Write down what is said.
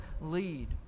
lead